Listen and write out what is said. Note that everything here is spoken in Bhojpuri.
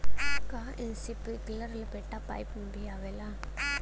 का इस्प्रिंकलर लपेटा पाइप में भी आवेला?